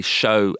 show